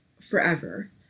forever